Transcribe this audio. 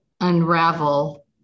unravel